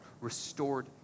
restored